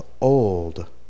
old